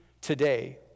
today